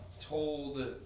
told